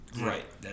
right